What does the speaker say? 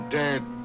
dead